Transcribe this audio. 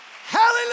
Hallelujah